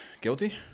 Guilty